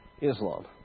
Islam